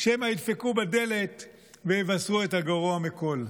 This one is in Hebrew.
שמא ידפקו בדלת ויבשרו את הגרוע מכול.